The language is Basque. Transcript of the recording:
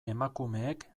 emakumeek